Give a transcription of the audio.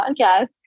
podcast